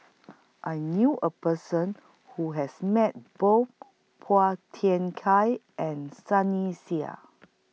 I knew A Person Who has Met Both Phua Kiay and Sunny Sia